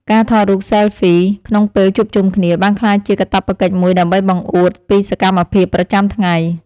ការថតរូបស៊ែលហ្វីក្នុងពេលជួបជុំគ្នាបានក្លាយជាកាតព្វកិច្ចមួយដើម្បីបង្អួតពីសកម្មភាពប្រចាំថ្ងៃ។